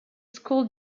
school